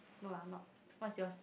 no lah not what's yours